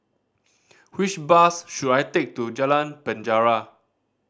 which bus should I take to Jalan Penjara